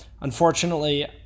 Unfortunately